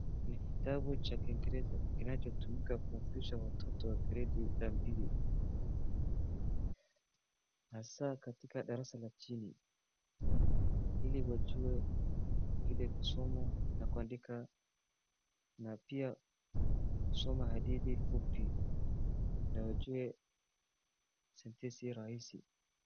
Ni kitabu cha kiingereza kinacho tumika kufundisha watoto wa gredi ya pili hasa katika darasa la chini, ili wajue vile kusoma na kuandika na pia kusoma hadithi fupi na wajue sentensi rahisi.